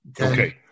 Okay